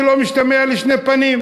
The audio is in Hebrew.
באופן שלא משתמע לשתי פנים,